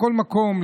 בכל מקום,